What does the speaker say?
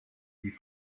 die